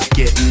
get